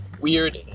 weird